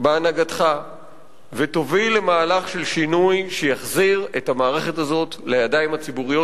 בהנהגתך ותוביל למהלך של שינוי שיחזיר את המערכת הזאת לידיים הציבוריות,